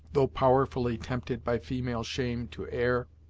though powerfully tempted by female shame to err,